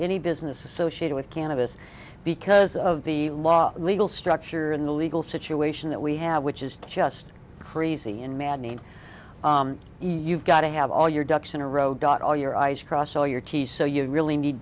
any business associated with cannabis because of the legal structure in the legal situation that we have which is just crazy in maddening you've got to have all your ducks in a row dot all your i's cross all your t s so you really need